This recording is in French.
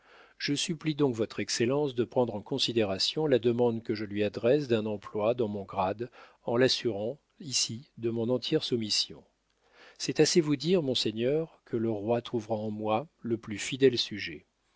je supplie donc votre excellence de prendre en considération la demande que je lui adresse d'un emploi dans mon grade en l'assurant ici de mon entière soumission c'est assez vous dire monseigneur que le roi trouvera en moi le plus fidèle sujet